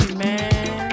man